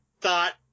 thought